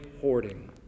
hoarding